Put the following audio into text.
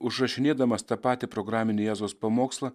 užrašinėdamas tą patį programinį jėzaus pamokslą